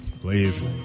please